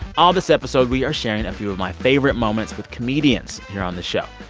all this episode, we are sharing a few of my favorite moments with comedians here on the show.